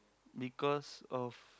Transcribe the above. because of